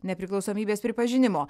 nepriklausomybės pripažinimo